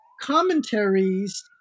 commentaries